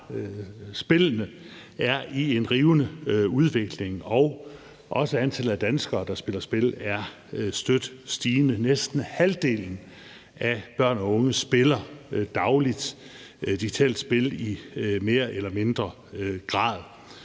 spillene er i en rivende udvikling, og også antallet af danskere, der spiller spil, er støt stigende. Næsten halvdelen af børn og unge spiller dagligt digitale spil i mere eller mindre grad.